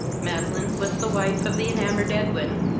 madeline was the wife of the enamoured edwin,